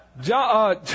John